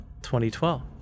2012